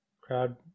crowd